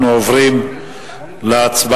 אנחנו עוברים להצבעה,